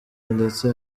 ndetse